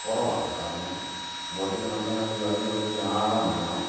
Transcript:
കുറവാണ് കാരണം ബോട്ടിംഗ് നടത്തണെങ്കിൽ അതിന് പറ്റിയ ആഴം വേണം